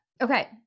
okay